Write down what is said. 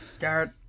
Garrett